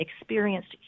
experienced